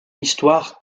histoire